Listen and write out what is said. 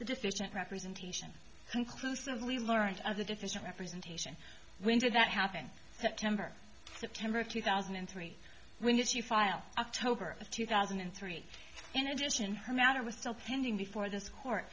deficient representation conclusively learnt of the defense representation when did that happen september september of two thousand and three when this you file october of two thousand and three in addition her matter was still pending before this court